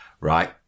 right